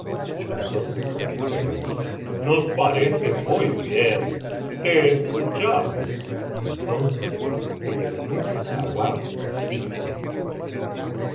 y los otros dijeron nos parece muy bien te escuchamos entonces el eunuco sauab dijo